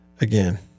again